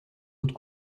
haute